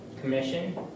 Commission